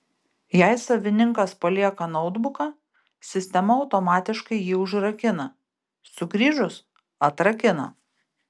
jei savininkas palieka noutbuką sistema automatikai jį užrakina sugrįžus atrakina